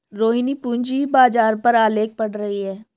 रोहिणी पूंजी बाजार पर आलेख पढ़ रही है